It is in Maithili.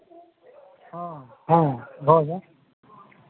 हँ हँ भऽ जायत